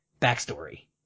backstory